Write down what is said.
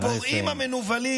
הפורעים המנוולים,